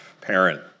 parent